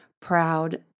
proud